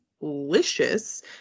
delicious